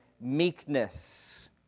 meekness